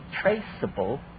traceable